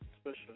special